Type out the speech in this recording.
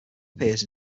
appears